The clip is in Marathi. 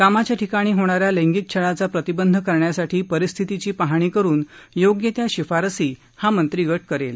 कामाच्या ठिकाणी होणा या लैंगिक छळाचा प्रतिबंध करण्यासाठी परिस्थितीची पाहणी करुन योग्य त्या शिफारसी हा मंत्रीगट करेल